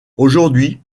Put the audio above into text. aujourd’hui